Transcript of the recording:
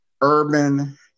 urban